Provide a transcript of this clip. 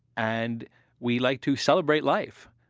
and we like to celebrate life.